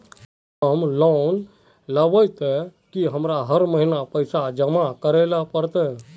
अगर हम लोन किनले ते की हमरा हर महीना पैसा जमा करे ले पड़ते?